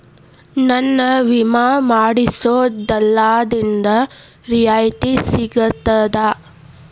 ನನ್ನ ವಿಮಾ ಮಾಡಿಸೊ ದಲ್ಲಾಳಿಂದ ರಿಯಾಯಿತಿ ಸಿಗ್ತದಾ?